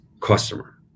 customer